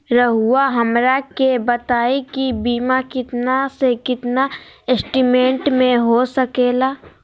रहुआ हमरा के बताइए के बीमा कितना से कितना एस्टीमेट में हो सके ला?